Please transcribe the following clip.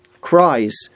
cries